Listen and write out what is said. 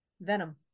Venom